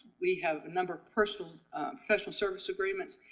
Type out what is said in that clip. we have a number of personal special service agreements,